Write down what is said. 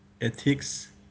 ethics